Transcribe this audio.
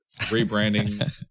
rebranding